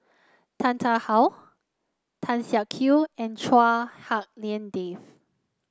Tan Tarn How Tan Siak Kew and Chua Hak Lien Dave